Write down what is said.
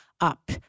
up